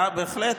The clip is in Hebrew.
בהחלט.